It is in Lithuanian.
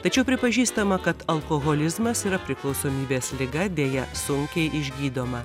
tačiau pripažįstama kad alkoholizmas yra priklausomybės liga deja sunkiai išgydoma